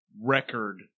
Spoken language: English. record